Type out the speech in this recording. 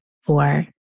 four